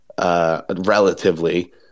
Relatively